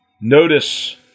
Notice